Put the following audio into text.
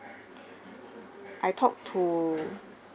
I talked to